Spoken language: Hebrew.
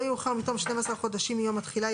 יאוחר מתום שנים עשר חודשים מיום התחילה,